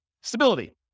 Stability